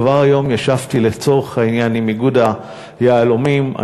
כבר היום ישבתי לצורך העניין עם התאחדות תעשייני היהלומים.